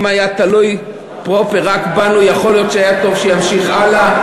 אם היה הדבר תלוי רק בנו יכול להיות שטוב שהיה ממשיך הלאה,